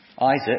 Isaac